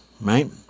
right